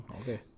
okay